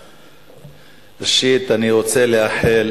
ראשית, אני רוצה לאחל